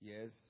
Yes